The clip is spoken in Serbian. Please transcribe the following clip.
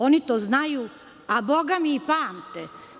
Oni to znaju, a bogami i pamte.